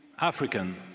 African